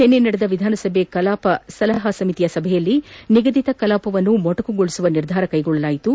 ನಿನ್ನೆ ನಡೆದ ವಿಧಾನ ಸಭೆ ಕಲಾಪ ಸಲಹಾ ಸಮಿತಿಯ ಸಭೆಯಲ್ಲಿ ನಿಗದಿತ ಕಲಾಪವನ್ನು ಮೊಟಕುಗೊಳಿಸುವ ನಿರ್ಧಾರ ಕೈಗೊಳ್ಳಲಾಯಿತು